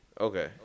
Okay